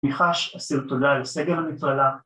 ‫אני חש אסיר תודה לסגל המכללה.